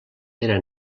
era